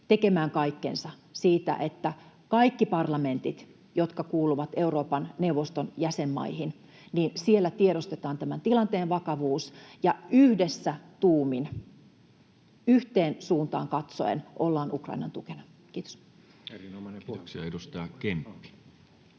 tekemään kaikkensa siinä, että kaikki parlamentit, jotka kuuluvat Euroopan neuvoston jäsenmaihin, tiedostavat tämän tilanteen vakavuuden ja yhdessä tuumin yhteen suuntaan katsoen ollaan Ukrainan tukena. — Kiitos. [Speech